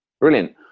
Brilliant